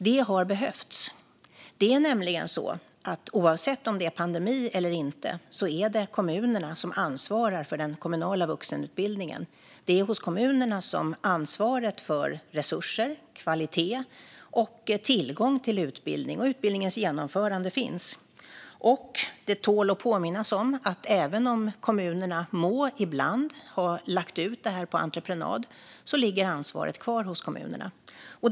Det har behövts. Det är nämligen så att oavsett om det är pandemi eller inte är det kommunerna som ansvarar för den kommunala vuxenutbildningen. Det är hos kommunerna som ansvaret för resurser, kvalitet, tillgång till utbildning och utbildningens genomförande finns. Det tål att påminnas om att även om kommunerna ibland må ha lagt ut detta på entreprenad ligger ansvaret kvar hos kommunerna.